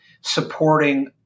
supporting